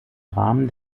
rahmen